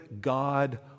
God